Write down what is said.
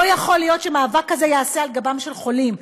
לא יכול להיות שמאבק כזה ייעשה על גבם של חולים.